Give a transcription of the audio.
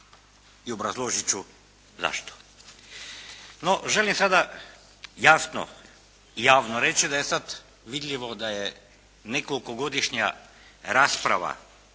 i obrazložit ću zašto. No, želim sada, jasno i javno reći da je sada vidljivo da je nekoliko godišnja rasprava,